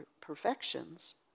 perfections